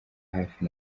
hafi